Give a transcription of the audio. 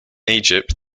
egypt